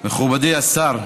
מכובדי השר,